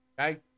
Okay